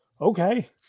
okay